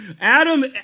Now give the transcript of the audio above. Adam